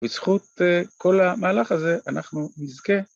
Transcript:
‫בזכות כל המהלך הזה אנחנו נזכה.